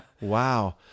Wow